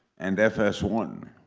and f s one.